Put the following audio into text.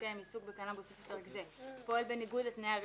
מתקיים עיסוק בקנבוס לפי פרק זה פועל בניגוד לתנאי הרישיון,